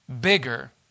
bigger